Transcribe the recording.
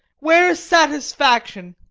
where's satisfaction?